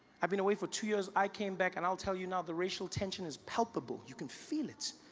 i been away for two years, i came back and i will tell you now the racial tension is palpable, you can feel it.